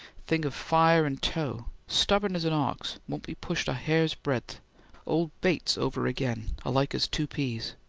thing of fire and tow, stubborn as an ox won't be pushed a hair's breadth old bates over again alike as two peas.